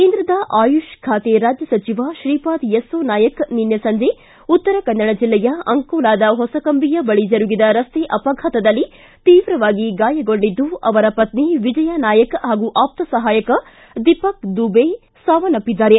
ಕೇಂದ್ರದ ಆಯುಷ್ ಬಾತೆ ರಾಜ್ಯ ಸಚಿವ ಶ್ರೀಪಾದ ನಾಯ್ಕ ನಿನ್ನೆ ಸಂಜೆ ಉತ್ತರಕನ್ನಡ ಜಿಲ್ಲೆಯ ಅಂಕೋಲಾದ ಹೊಸಕಂಬಿಯ ಬಳಿ ಜರುಗಿದ ರಸ್ತೆ ಅಪಘಾತದಲ್ಲಿ ತೀವ್ರವಾಗಿ ಗಾಯಗೊಂಡಿದ್ದು ಅವರ ಪತ್ನಿ ವಿಜಯಾ ನಾಯ್ಕ ಹಾಗೂ ಆಪ್ತ ಸಹಾಯಕ ದೀಪಕ ದುಬೆ ಸಾವನ್ಯಪ್ಲಿದ್ದಾರೆ